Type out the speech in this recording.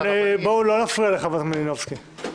בואו לא נפריע לחברת הכנסת מלינובסקי.